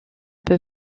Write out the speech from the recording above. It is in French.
peu